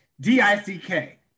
d-i-c-k